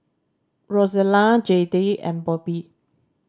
Rozella Jayde and Bobby